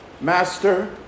Master